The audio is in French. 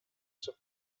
sur